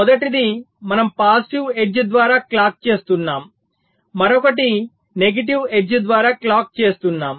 మొదటిది మనం positive edge ద్వారా క్లాక్ చేస్తున్నాం మరొకటి నెగటివ్ ఎడ్జ్ ద్వారా క్లాక్ చేస్తున్నాం